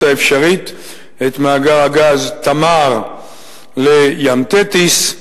האפשרית את מאגר הגז "תמר" ל"ים תטיס",